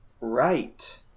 right